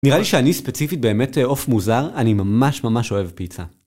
נראה לי שאני ספציפית באמת אה.. עוף מוזר, אני ממש ממש אוהב פיצה.